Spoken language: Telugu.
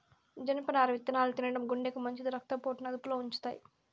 జనపనార విత్తనాలు తినడం గుండెకు మంచిది, రక్త పోటును అదుపులో ఉంచుతాయి